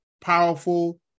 powerful